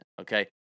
Okay